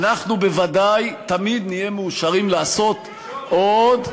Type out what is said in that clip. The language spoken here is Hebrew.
אנחנו בוודאי תמיד נהיה מאושרים לעשות עוד,